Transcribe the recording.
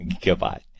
Goodbye